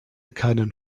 keinen